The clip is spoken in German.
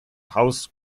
haus